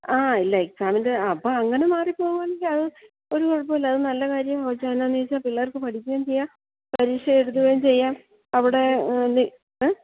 ആ ഇല്ല എക്സാമിൻ്റെ ആ അപ്പോള് അങ്ങനെ മാറിപ്പോകുമെങ്കില് അത് ഒരു കുഴപ്പവുമില്ല അതു നല്ല കാര്യം ഇപ്പോള് എന്നാന്നു ചോദിച്ചാല് പിള്ളേർക്ക് പഠിക്കുകയും ചെയ്യാം പരീക്ഷ എഴുതുകയും ചെയ്യാം അവിടെ നി ഏഹ്